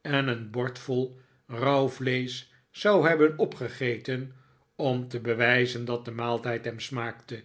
en een bordvol rauw vleesch zou hebben opgegeten om te bewijzen dat de maaltijd hem smaakte